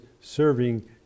serving